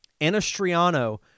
Anastriano